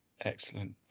Excellent